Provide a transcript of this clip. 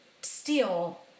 steal